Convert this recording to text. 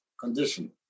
condition